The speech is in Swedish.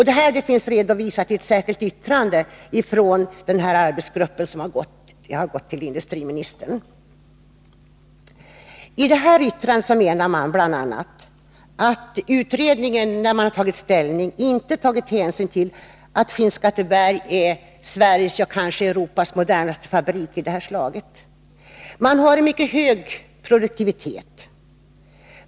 Detta finns redovisat i ett särskilt yttrande till industriministern från den arbetsgrupp som har granskat förslaget. I yttrandet framför man bl.a. att utredningen i sitt ställningstagande inte har tagit hänsyn till att fabriken i Skinnskatteberg är Sveriges, ja, kanske Europas modernaste av det här slaget. Man har där en mycket hög produktivitet.